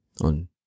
on